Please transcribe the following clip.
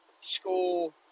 school